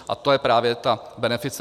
A to je právě ta benefice.